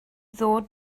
ddod